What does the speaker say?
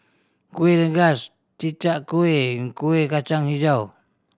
Kuih Rengas Chi Kak Kuih and Kuih Kacang Hijau